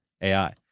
AI